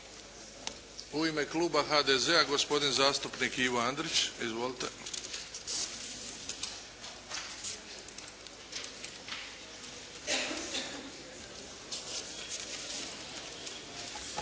U ime kluba HDZ-a gospodin zastupnik Ivo Andrić. Izvolite.